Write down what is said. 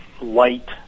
light